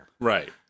Right